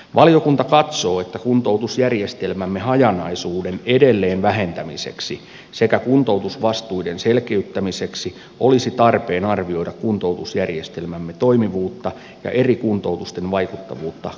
valiokunta katsoo että kuntoutusjärjestelmämme hajanaisuuden edelleen vähentämiseksi sekä kuntoutusvastuiden selkeyttämiseksi olisi tarpeen arvioida kuntoutusjärjestelmämme toimivuutta ja eri kuntoutusten vaikuttavuutta kokonaisuutena